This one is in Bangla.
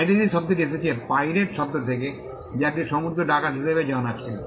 পাইরেসি শব্দটি এসেছে পাইরেট শব্দ থেকে যা একটি সমুদ্র ডাকাত হিসাবে জানা ছিলো